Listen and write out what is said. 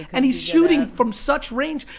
and he's shooting from such range,